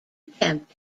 attempt